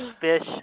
Fish